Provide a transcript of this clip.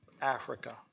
Africa